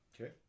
Okay